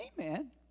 Amen